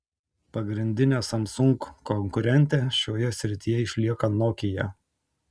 pagrindine samsung konkurente šioje srityje išlieka nokia